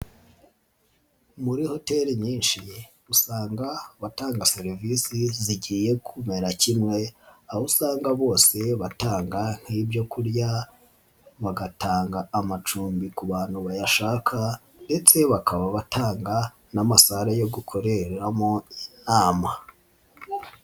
Muri hoteli nyinshi usanga batanga serivisi zigiye kumera kimwe aho usanga bose batanga nk'ibyo kurya, bagatanga amacumbi ku bantu bayashaka ndetse bakaba batanga n'amasale yo gukoreramo inama.